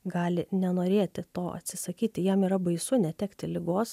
gali nenorėti to atsisakyti jam yra baisu netekti ligos